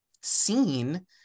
seen